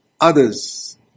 others